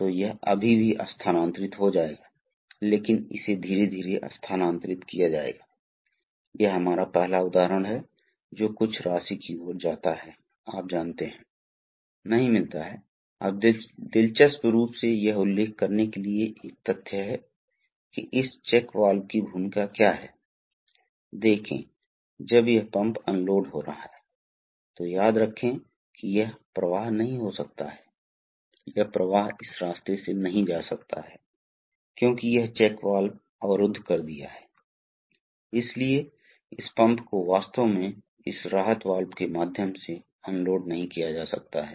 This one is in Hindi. तो जो भी क्षेत्र हो यांत्रिक पावर भी P x Q है F x V P x Q है इसलिए ऊर्जा का संरक्षण किया जाता है और कोई विरोधाभास नहीं है खैर कोई बात नहीं तो वास्तव में जो होने जा रहा है वह है हमारी इस बात पर निर्भर करती है कि हम किस प्रवाह दर पर भार प्रदान कर सकते हैं शायद बहुत अधिक बल हम बहुत अधिक बल बना सकते हैं लेकिन साथ ही उस दर पर जिस भार को स्थानांतरित करने के लिए बहुत अधिक बल की आवश्यकता होती है वह धीमI होने जा रहा है